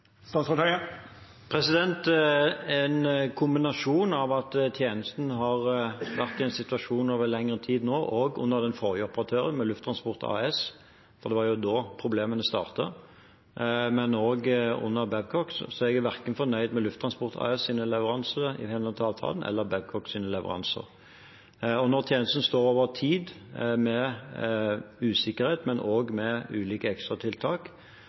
en kombinasjon av situasjonen tjenesten har vært i over lengre tid nå, under den forrige operatøren Lufttransport AS – det var da problemene startet – og også under Babcock. Jeg er verken fornøyd med Lufttransport AS’ leveranse i henhold til avtalen eller Babcocks leveranse. Når tjenesten over tid står med usikkerhet og med ulike ekstratiltak,